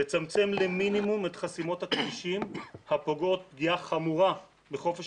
לצמצם למינימום את חסימות הכבישים הפוגעות פגיעה חמורה בחופש